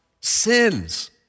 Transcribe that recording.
sins